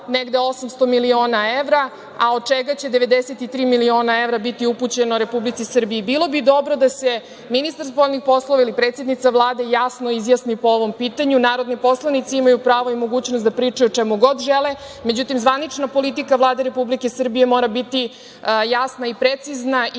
negde 800 miliona evra, od čega će 93 miliona evra biti upućeno Republici Srbiji. Bilo bi dobro da se ministar spoljnih poslova ili predsednica Vlade jasno izjasne po ovom pitanju. Narodni poslanici imaju pravo i mogućnost da pričaju o čemu god žele, međutim, zvanična politika Vlade Republike Srbije mora biti jasna i precizna i